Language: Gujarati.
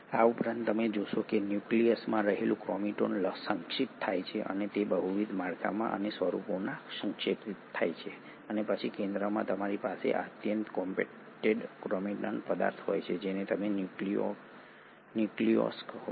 આ ઉપરાંત તમે જોશો કે ન્યુક્લિયસમાં રહેલું ક્રોમેટિન સંક્ષિપ્ત થાય છે અને તે બહુવિધ માળખાં અને સ્વરૂપોમાં સંક્ષેપિત થાય છે અને પછી કેન્દ્રમાં તમારી પાસે આ અત્યંત કોમ્પેક્ટેડ ક્રોમેટિન પદાર્થ હોય છે જેને તમે ન્યુક્લિઓલસ કહો છો